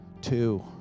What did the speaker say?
Two